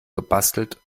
gebastelt